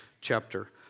chapter